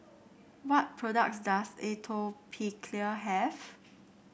what products does Atopiclair have